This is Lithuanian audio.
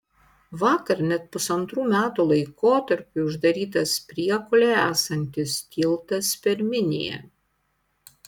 vakar net pusantrų metų laikotarpiui uždarytas priekulėje esantis tiltas per miniją